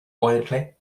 buoyantly